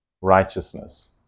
righteousness